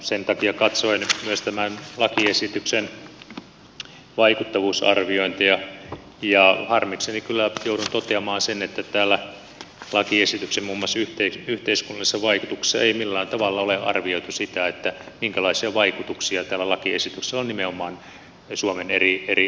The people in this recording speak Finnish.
sen takia katsoin myös tämän lakiesityksen vaikuttavuusarviointeja ja harmikseni kyllä joudun toteamaan sen että muun muassa täällä lakiesityksen yhteiskunnallisissa vaikutuksissa ei millään tavalla ole arvioitu sitä minkälaisia vaikutuksia tällä lakiesityksellä on nimenomaan suomen eri alueille